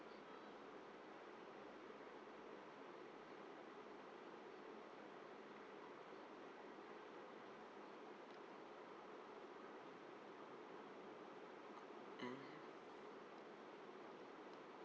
mm